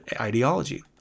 ideology